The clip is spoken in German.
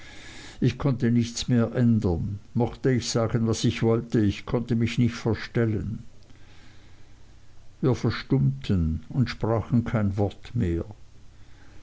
ich konnte nichts mehr ändern mochte ich sagen was ich wollte ich konnte mich nicht verstellen wir verstummten und sprachen kein wort mehr